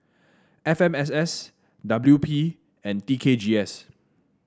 F M S S W P and T K G S